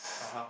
(uh huh)